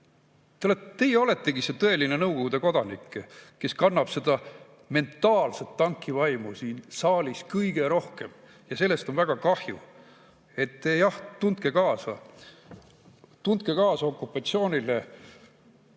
Teie oletegi see tõeline nõukogude kodanik, kes kannab seda mentaalset tanki vaimu siin saalis kõige rohkem. Ja sellest on väga kahju. Te jah, tundke kaasa. Tundke kaasa okupatsioonile!